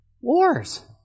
wars